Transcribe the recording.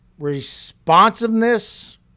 Responsiveness